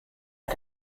hat